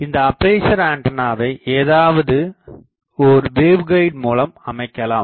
இந்த அப்பேசர் ஆண்டனாவை ஏதாவது ஓர் வேவ்கைடு மூலம் அமைக்கலாம்